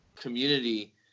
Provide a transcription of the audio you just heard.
community